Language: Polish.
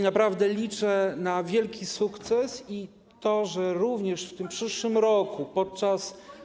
Naprawdę liczę na wielki sukces i na to, że również w przyszłym roku podczas.